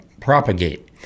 propagate